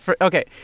Okay